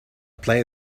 play